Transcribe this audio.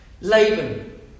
Laban